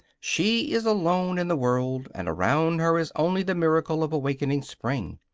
she is alone in the world, and around her is only the miracle of awakening spring.